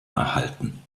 erhalten